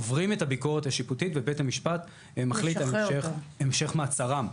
עוברים את הביקורת השיפוטית ובית המשפט מחליט על המשך מעצרם.